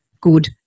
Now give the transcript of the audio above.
Good